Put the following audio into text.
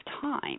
time